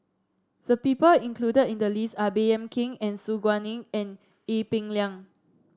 the people included in the list are Baey Yam Keng and Su Guaning and Ee Peng Liang